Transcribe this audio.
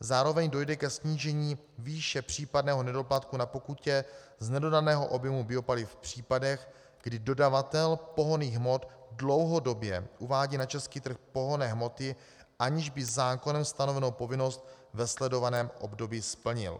Zároveň dojde ke snížení výše případného nedoplatku na pokutě z nedodaného objemu biopaliv v případech, kdy dodavatel pohonných hmot dlouhodobě uvádí na český trh pohonné hmoty, aniž by zákonem stanovenou povinnost ve sledovaném období splnil.